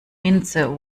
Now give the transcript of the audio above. minze